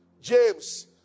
James